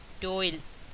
toils